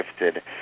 gifted